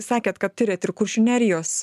sakėt kad tiriat ir kuršių nerijos